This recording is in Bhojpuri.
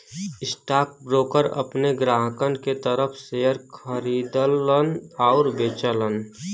स्टॉकब्रोकर अपने ग्राहकन के तरफ शेयर खरीदलन आउर बेचलन